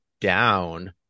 down